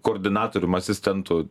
koordinatorium asistentu